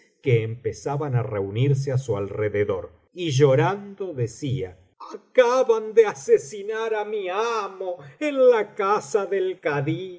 que empezaban á reunirse á su alrededor y llorando decía acaban de asesinar á mi amo en la casa del